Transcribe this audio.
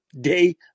day